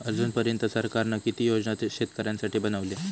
अजून पर्यंत सरकारान किती योजना शेतकऱ्यांसाठी बनवले?